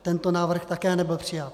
Tento návrh také nebyl přijat.